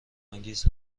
انگیز